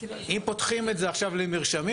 אם פותחים את זה עכשיו למרשמים,